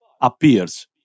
appears